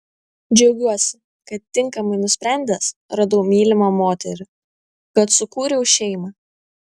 džiaugiuosi kad tinkamai nusprendęs radau mylimą moterį kad sukūriau šeimą